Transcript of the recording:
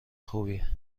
خوبیه